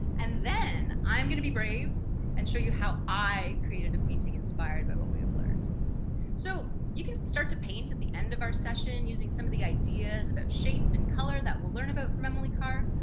and then i'm gonna be brave and show you how i created a painting inspired by what we have learned so you can start to paint at the end of our session using some of the ideas about shape and colour that we'll learn about from emily carr,